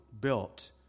built